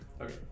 Okay